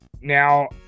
Now